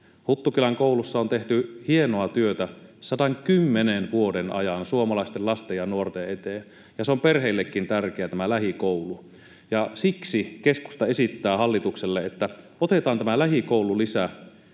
Huttukylän koulussa on tehty hienoa työtä 110 vuoden ajan suomalaisten lasten ja nuorten eteen, ja tämä lähikoulu on perheillekin tärkeä. Siksi keskusta esittää hallitukselle, että otetaan tämä lähikoululisä